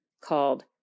called